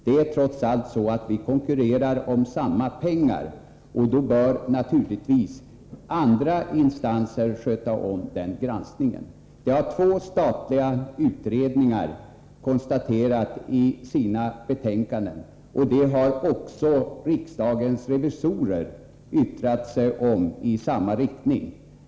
Det är trots allt så att vi konkurrerar om samma pengar, och då bör naturligtvis andra instanser sköta om den granskningen. Detta har två statliga utredningar konstaterat i sina betänkanden. Även riksdagens revisorers yttrande om detta har gått i samma riktning.